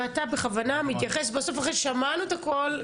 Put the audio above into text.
ואתה בכוונה מתייחס בסוף אחרי ששמענו את הכל,